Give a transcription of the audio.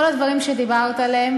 כל הדברים שדיברת עליהם